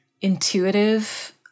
intuitive